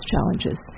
challenges